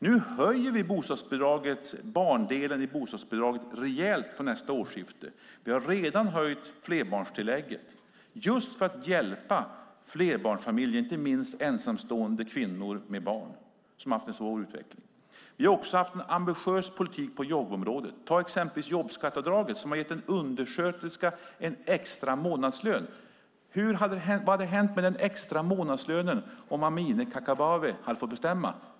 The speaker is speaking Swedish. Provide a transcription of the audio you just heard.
Nu höjer vi barndelen i bostadsbidraget rejält från nästa årsskifte. Vi har redan höjt flerbarnstillägget för att hjälpa flerbarnsfamiljer, inte minst ensamstående kvinnor med barn som har haft en svår utveckling. Vi har också haft en ambitiös politik på jobbområdet. Exempelvis har jobbskatteavdraget gett en undersköterska en extra månadslön. Vad hade hänt med den extra månadslönen om Amineh Kakabaveh hade fått bestämma?